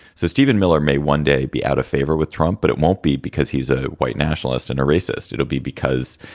so steven miller may one day be out of favor with trump, but it won't be because he's a white nationalist and a racist. it'll be because,